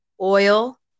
oil